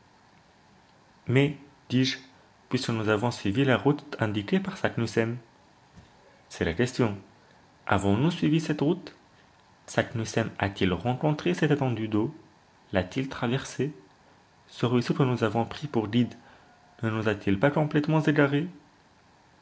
mais dis-je puisque nous avons suivi la route indiquée par saknussemm c'est la question avons-nous suivi cette route saknussemm a-t-il rencontré cette étendue d'eau l'a-t-il traversée ce ruisseau que nous avons pris pour guide ne nous a-t-il pas complètement égarés